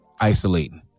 isolating